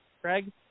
Craig